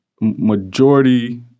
majority